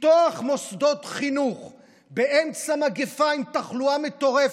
לפתוח מוסדות חינוך באמצע מגפה עם תחלואה מטורפת,